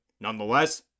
Nonetheless